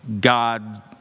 God